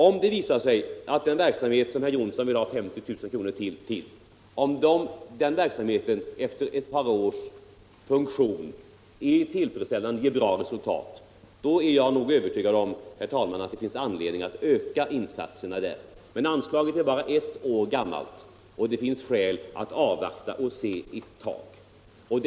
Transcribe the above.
Om det visar sig att den verksamhet, för vilken herr Jonsson i Alingsås vill ha ytterligare 50 000 kr., efter ett par års funktion är tillfredsställande och ger bra resultat, då är jag övertygad om att det finns anledning att öka insatserna där. Men anslaget är bara ett år gammalt, och det är skäl att avvakta och se ett tag.